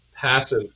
passive